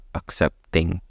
accepting